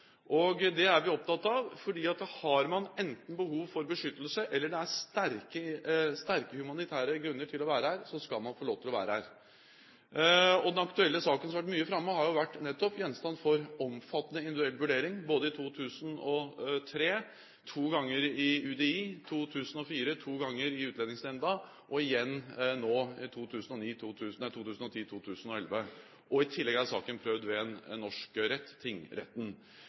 Det er vi opptatt av, for har man behov for beskyttelse eller det er sterke humanitære grunner til å være her, skal man få lov til å være her. Den aktuelle saken som har vært mye framme, har nettopp vært gjenstand for omfattende individuell vurdering – både i 2003, to ganger i UDI, i 2004, to ganger i Utlendingsnemnda, og igjen nå, i 2010 og 2011. I tillegg er saken prøvd ved en norsk rett, tingretten.